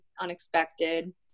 unexpected